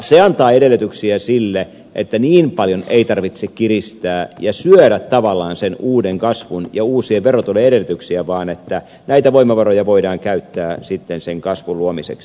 se antaa edellytyksiä sille että niin paljon ei tarvitse kiristää ja syödä tavallaan sen uuden kasvun ja uusien verotulojen edellytyksiä vaan että näitä voimavaroja voidaan käyttää sitten sen kasvun luomiseksi